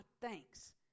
thanks